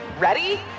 Ready